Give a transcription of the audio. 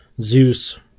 Zeus